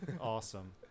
Awesome